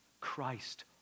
Christ